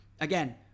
Again